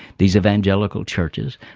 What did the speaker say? these evangelical churches,